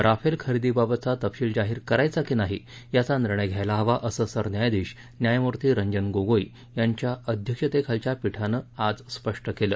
Rafale खरेदीबाबतचा तपशील जाहीर करायचा की नाही याचा निर्णय घ्यायला हवा असं सरन्यायाधीश न्यायमूर्ती रंजन गोगोई यांच्या अध्यक्षतेखालच्या पीठानं आज स्पष्ट केलं